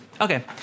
Okay